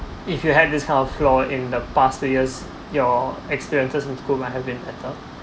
if you had this kind of floor in the past two years your experiences in school could might have been better